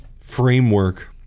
framework